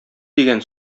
дигән